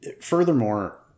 Furthermore